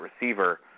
receiver